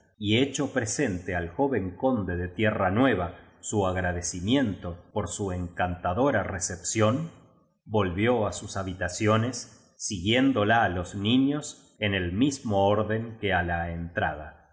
y hecho pre sente al joven conde de tierra nueva su agradecimiento por su encantadora recepción volvió á sus habitaciones siguién dola los niños en el mismo orden que á la entrada